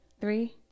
Three